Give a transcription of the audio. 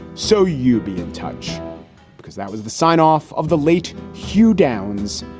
so you be in touch because that was the sign off of the late hugh downs.